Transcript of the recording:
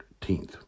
14th